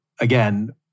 again